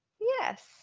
Yes